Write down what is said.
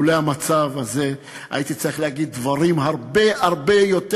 לולא המצב הזה הייתי צריך להגיד דברים הרבה הרבה יותר